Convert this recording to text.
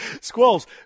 Squalls